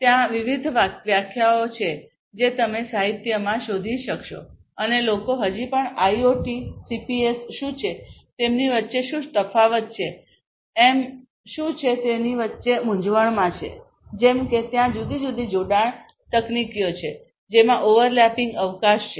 ત્યાં વિવિધ વ્યાખ્યાઓ છે જે તમે સાહિત્યમાં શોધી શકશો અને લોકો હજી પણ આઇઓટી સીપીએસ શું છે તેમની વચ્ચે શું તફાવત છે એમ 2 એમ શું છે તેની વચ્ચે મૂંઝવણ છે જેમ કે ત્યાં જુદી જુદી જોડાણ તકનીકીઓ છે જેમાં ઓવરલેપિંગ અવકાશ છે